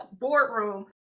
boardroom